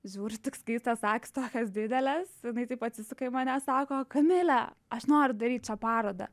žiūriu tik skaistės akys tokios didelės jinai taip atsisuka į mane sako kamile aš noriu daryt parodą